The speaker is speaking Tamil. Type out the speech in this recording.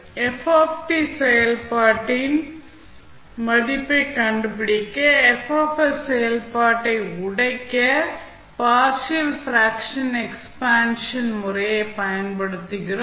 f செயல்பாட்டின் மதிப்பைக் கண்டுபிடிக்க F செயல்பாட்டை உடைக்க பார்ஷியல் பிராக்க்ஷன் எக்ஸ்பான்ஷன் முறையைப் பயன்படுத்துகிறோம்